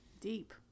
deep